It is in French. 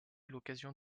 l’occasion